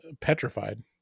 petrified